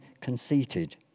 conceited